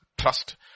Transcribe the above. Trust